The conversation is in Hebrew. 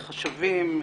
חשבים,